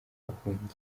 bahahungiye